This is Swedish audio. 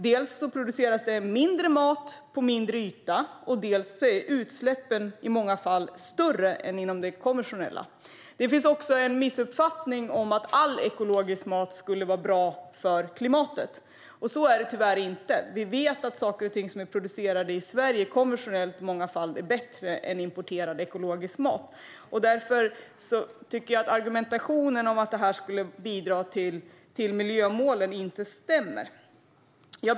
Dels produceras det mindre mat på mindre yta, dels är utsläppen i många fall större än inom den konventionella produktionen. Det råder också en missuppfattning att all ekologisk mat är bra för klimatet, men så är det inte. Många gånger är sådant som är konventionellt producerat i Sverige bättre än importerad ekologisk mat. Därför tycker jag att argumentet att detta skulle bidra till miljömålen inte är korrekt.